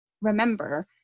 remember